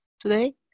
today